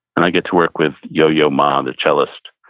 and i get to work with yo-yo ma, the cellist.